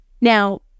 Now